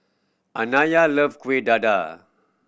Anaya love Kuih Dadar